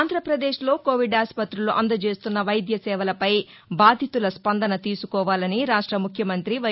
ఆంధ్రాపదేశ్ లో కోవిడ్ ఆసుపతులు అందజేస్తున్న వైద్య సేవలపై బాధితుల స్పందన తీసుకోవాలని రాష్ట్ల ముఖ్యమంత్రి వై